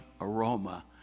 aroma